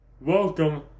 welcome